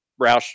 Roush